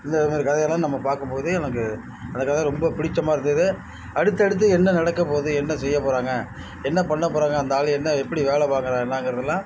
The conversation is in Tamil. இந்த மாதிரி கதையெல்லாம் நம்ம பார்க்கும் போது எனக்கு அந்த கதை ரொம்ப பிடிச்சமா இருந்தது அடுத்தடுத்து என்ன நடக்கப் போது என்ன செய்யப் போகிறாங்க என்ன பண்ணப்போகிறாங்க அந்த ஆள் என்ன எப்படி வேலை பார்க்குறானு என்னாங்கிறதுலாம்